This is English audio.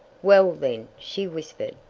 well, then, she whispered,